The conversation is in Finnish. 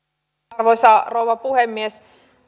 arvoisa rouva puhemies